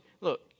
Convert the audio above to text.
look